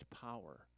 power